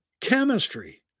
chemistry